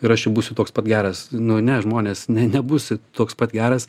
ir aš čia būsiu toks pat geras nu ne žmonės ne nebūsi toks pat geras